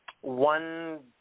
one